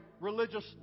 religious